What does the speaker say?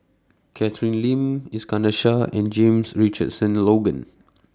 Catherine Lim Iskandar Shah and James Richardson Logan